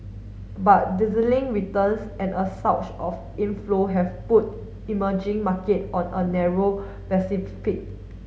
but dizzying returns and a surge of inflow have put emerging market on a narrow